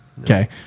Okay